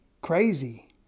crazy